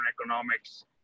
economics